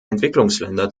entwicklungsländer